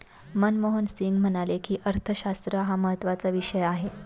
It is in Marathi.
मनमोहन सिंग म्हणाले की, अर्थशास्त्र हा महत्त्वाचा विषय आहे